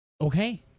Okay